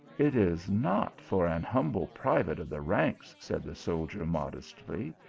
it is not for an humble private of the ranks, said the soldier modestly,